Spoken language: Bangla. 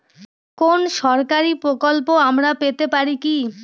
কোন সরকারি প্রকল্প আমরা পেতে পারি কি?